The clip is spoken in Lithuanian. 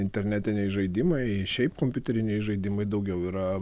internetiniai žaidimai šiaip kompiuteriniai žaidimai daugiau yra